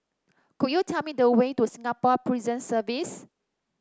could you tell me the way to Singapore Prison Service